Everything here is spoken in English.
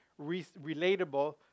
relatable